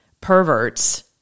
perverts